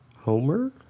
Homer